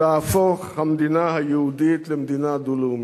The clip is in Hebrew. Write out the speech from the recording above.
תהפוך המדינה היהודית למדינה דו-לאומית,